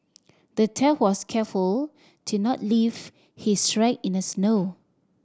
the thief was careful to not leave his track in the snow